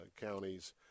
counties